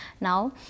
now